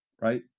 right